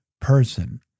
person